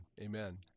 Amen